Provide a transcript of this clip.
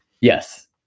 Yes